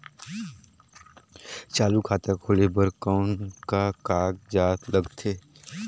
चालू खाता खोले बर कौन का कागजात लगथे?